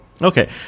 Okay